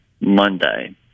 Monday